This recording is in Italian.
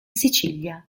sicilia